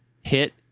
hit